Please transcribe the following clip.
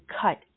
cut